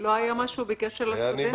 לא היה משהו בקשר לסטודנטים?